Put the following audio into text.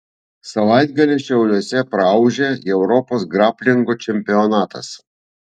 savaitgalį šiauliuose praūžė europos graplingo čempionatas